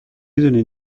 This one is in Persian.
دونین